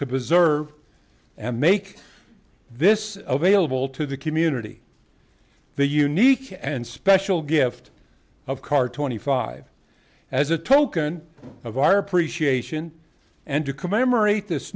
to preserve and make this available to the community the unique and special gift of card twenty five as a token of our appreciation and to commemorate this